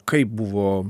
kaip buvo